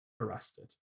arrested